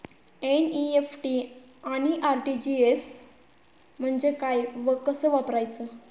NEFT आणि RTGS म्हणजे काय व कसे वापरायचे?